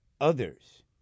others